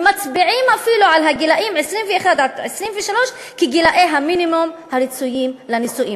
ומצביעים אפילו על הגילים 21 23 כגילי המינימום הרצויים לנישואין.